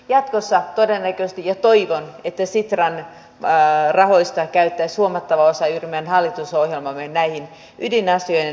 jatkossa todennäköisesti ja toivon että sitran rahoista käytettäisiin huomattava osa juuri näiden meidän hallitusohjelmamme ydinasioiden eteenpäinviemiseen